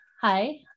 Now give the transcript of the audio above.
Hi